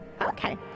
Okay